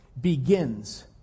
begins